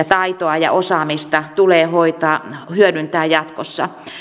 taitoa ja osaamista tulee hyödyntää jatkossa